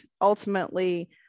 ultimately